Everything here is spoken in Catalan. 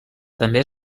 també